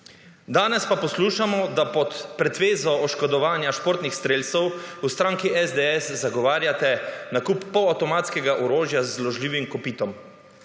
Danes pa poslušamo, da pod pretvezo oškodovanja športnih strelcev v stranki SDS zagovarjate nakup polavtomatskega orožja z zložljivim kopitom,